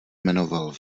jmenoval